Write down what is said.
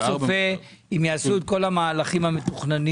מה אתה צופה אם יעשו את כל המהלכים המתוכננים,